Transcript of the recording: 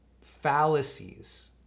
fallacies